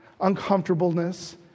uncomfortableness